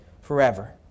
forever